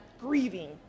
grieving